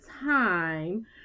time